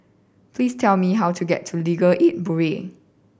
please tell me how to get to Legal Aid Bureau